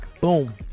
Boom